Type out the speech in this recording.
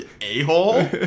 a-hole